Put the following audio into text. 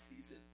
season